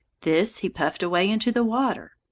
this he puffed away into the water.